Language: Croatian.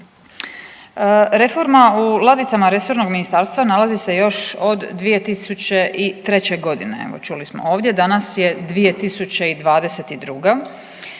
Reforma u ladicama resornog ministarstva nalazi se još od 2003. godine evo čuli smo ovdje, danas je 2022. pomislio